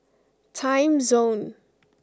timezone